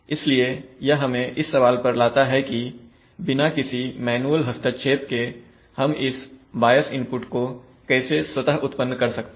इसलिए यह हमें इस सवाल पर लाता है कि बिना किसी मैनुअल हस्तक्षेप के हम इस बायस इनपुट को कैसे स्वतः उत्पन्न कर सकते हैं